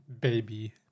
baby